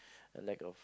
a lack of